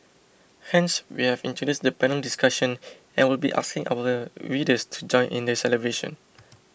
hence we have introduced the panel discussion and will be asking our readers to join in the celebration